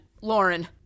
Lauren